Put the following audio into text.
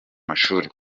mashuri